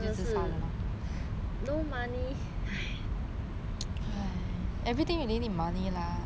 money ya actually in this world